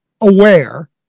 aware